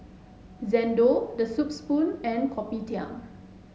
Xndo The Soup Spoon and Kopitiam